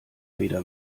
weder